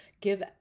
give